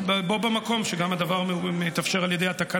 שנייה,